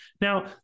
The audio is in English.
Now